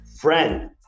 friend